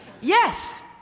Yes